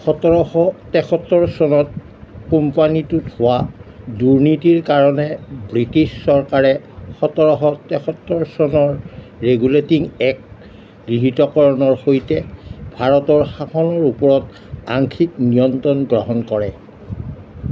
সোতৰশ তেসত্তৰ চনত কোম্পানীটোত হোৱা দুৰ্নীতিৰ কাৰণে ব্ৰিটিছ চৰকাৰে সোতৰশ তেসত্তৰ চনৰ ৰেগুলেটিং এক্ট গৃহীতকৰণৰ সৈতে ভাৰতৰ শাসনৰ ওপৰত আংশিক নিয়ন্ত্ৰণ গ্ৰহণ কৰে